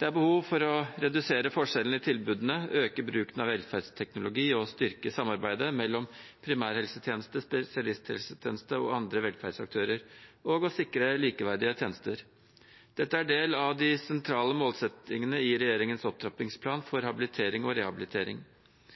Det er behov for å redusere forskjellene i tilbudene, øke bruken av velferdsteknologi, styrke samarbeidet mellom primærhelsetjenesten, spesialisthelsetjenesten og andre velferdsaktører og sikre likeverdige tjenester. Dette er en del av de sentrale målsettingene i regjeringens opptrappingsplan for